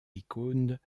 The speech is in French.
icônes